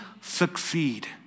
succeed